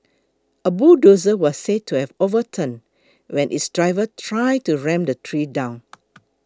a bulldozer was said to have overturned when its driver tried to ram the tree down